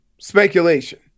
speculation